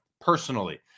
Personally